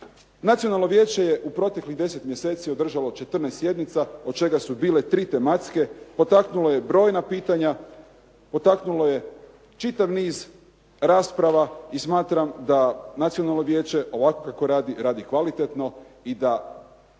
Nacionalno vijeće je u proteklih deset mjeseci održalo 14 sjednica od čega su bile 3 tematske, potaknulo je brojna pitanja, potaknulo je čitav niz rasprava i smatram da Nacionalno vijeće ovako kako radi radi kvalitetno i da